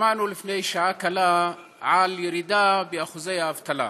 שמענו לפני שעה קלה על ירידה באחוזי האבטלה.